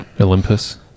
olympus